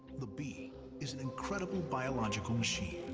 the bee is an incredible biological machine.